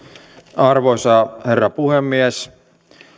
arvoisa herra puhemies